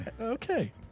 Okay